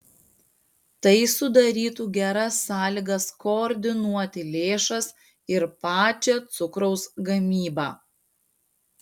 tai sudarytų geras sąlygas koordinuoti lėšas ir pačią cukraus gamybą